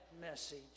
message